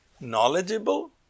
knowledgeable